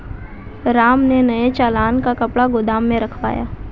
राम ने नए चालान का कपड़ा गोदाम में रखवाया